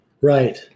Right